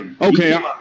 Okay